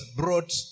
brought